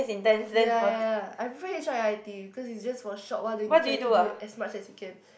ya ya I prefer H_I_I_T cause is just for a short while then you try to do it as much as you can